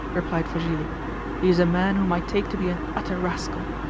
replied vassili. he is a man whom i take to be an utter rascal.